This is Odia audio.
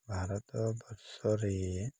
ଭାରତ ବର୍ଷରେ